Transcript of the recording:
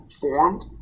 formed